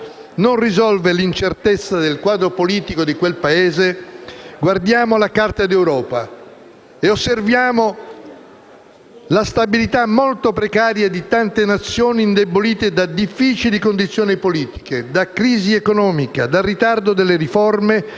non risolve l'incertezza del quadro politico di quel Paese, guardiamo la carta dell'Europa e osserviamo la stabilità molto precaria di tante nazioni indebolite da difficili condizioni politiche, dalla crisi economica, dal ritardo delle riforme,